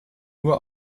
nur